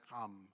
come